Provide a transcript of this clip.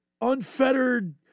unfettered